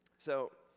so